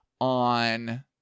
on